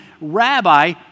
Rabbi